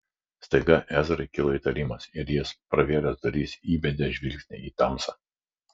staiga ezrai kilo įtarimas ir jis pravėręs duris įbedė žvilgsnį į tamsą